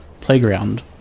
playground